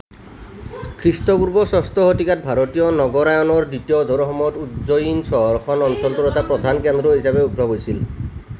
খ্ৰীষ্টপূৰ্ব ষষ্ঠ শতিকাত ভাৰতীয় নগৰায়নৰ দ্বিতীয় ঢৌৰ সময়ত উজ্জয়িন চহৰখন অঞ্চলটোৰ এটা প্ৰধান কেন্দ্ৰ হিচাপে উদ্ভৱ হৈছিল